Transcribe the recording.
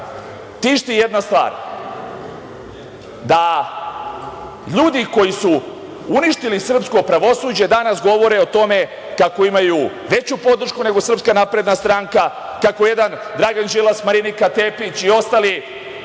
tišti jedna stvar, da ljudi koji su uništili srpsko pravosuđe danas govore o tome kako imaju veću podršku nego Srpska napredna stranka, kako jedan Dragan Đilas, Marinika Tepić i ostali